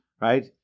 right